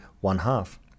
one-half